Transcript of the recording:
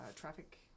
traffic